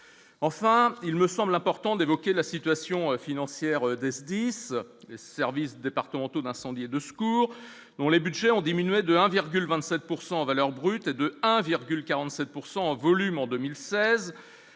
enfin il me semble important d'évoquer la situation financière des SDIS services départementaux d'incendie et de secours, dont les Budgets ont diminué de 1,27 pourcent en valeur brute de 1,47 pourcent en volume en 2016